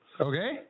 Okay